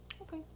Okay